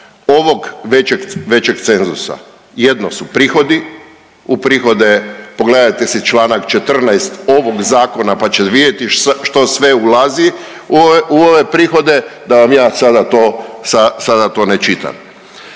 ovog većeg cenzusa. Jedno su prihodi, u prihode, pogledajte si čl. 14 ovog Zakona pa ćete vidjeti što sve ulazi u ove prihode, da vam ja sada to ne čitam.